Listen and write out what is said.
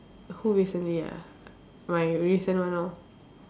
who recently ah my recent one lor